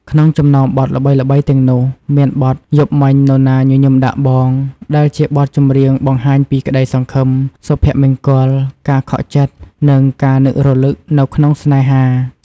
ក្នុងចំណោមបទល្បីៗទាំងនោះ មានបទ យប់មិញនរណាញញឹមដាក់បង ដែលជាបទចម្រៀងបង្ហាញពីក្តីសង្ឃឹម សុភមង្គល ការខកចិត្ត និងការនឹករលឹកនៅក្នុងស្នេហា។